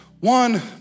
one